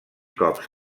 cops